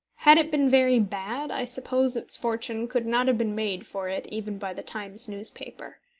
had it been very bad, i suppose its fortune could not have been made for it even by the times newspaper.